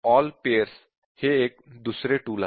all pairs हे एक दुसरे टूल आहे